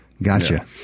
Gotcha